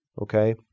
okay